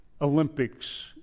Olympics